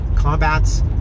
combats